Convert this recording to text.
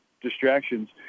distractions